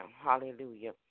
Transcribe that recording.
hallelujah